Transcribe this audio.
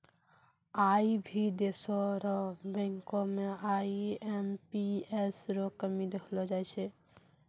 आई भी देशो र बैंको म आई.एम.पी.एस रो कमी देखलो जाय छै